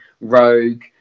Rogue